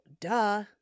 duh